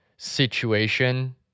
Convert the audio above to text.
Situation